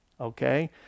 Okay